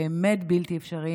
באמת בלתי אפשריים.